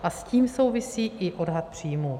A s tím souvisí i odhad příjmů.